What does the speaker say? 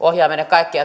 ohjaa meidän kaikkea